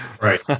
right